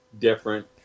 different